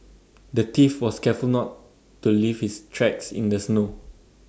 the thief was careful not to leave his tracks in the snow